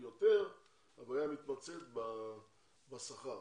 יותר הבעיה מתמצית בשכר.